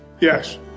yes